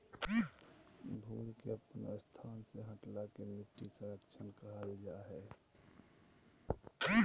भूमि के अपन स्थान से हटला के मिट्टी क्षरण कहल जा हइ